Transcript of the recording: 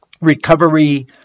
recovery